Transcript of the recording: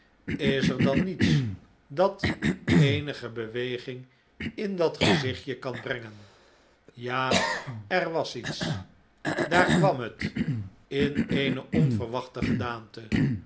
is er dan niets dat eenige beweging in dat gezichtje kan brengen ja er was iets daar kwam het in eene onverwachte gedaante